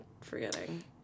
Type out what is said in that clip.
forgetting